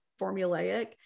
formulaic